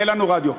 יהיה לנו רדיו.